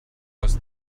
aus